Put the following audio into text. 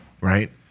Right